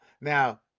Now